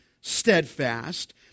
steadfast